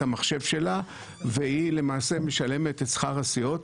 המחשב שלה והיא למעשה משלמת את שכר הסיעות,